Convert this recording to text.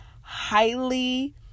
highly